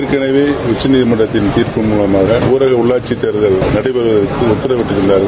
எற்கனவே உக்கநிதிமன்றத்தின் தீர்ப்பு மூலமாக ஊரக உள்ளாட்சித் தேர்தல் நடைபெறுவதற்கு உத்தரவிட்டிருந்தார்கள்